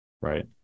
right